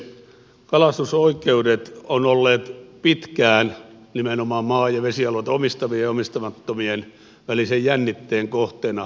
kalastusoikeudet ovat olleet pitkään nimenomaan maa ja vesialueita omistavien ja omistamatto mien välisen jännitteen kohteena